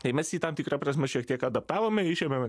tai mes jį tam tikra prasme šiek tiek adaptavome išėmėm